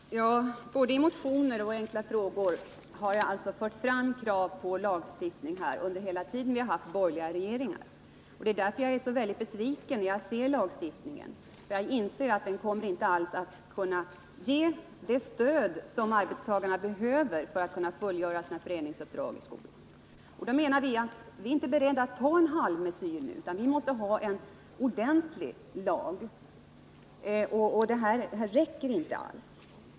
Herr talman! Både i motionen och i frågor har jag alltså fört fram krav på lagstiftning under hela den tid vi har haft borgerliga regeringar. Det är därför jag är så väldigt besviken när jag ser lagförslaget — jag inser att det inte alls kommer att kunna ge det stöd som arbetstagarna behöver för att kunna fullgöra sina föreningsuppdrag i skolorna. Vi är inte beredda att ta en halvmesyr nu, utan vi måste ha en ordentlig lag. Detta förslag räcker inte alls.